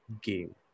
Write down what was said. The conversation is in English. game